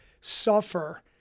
suffer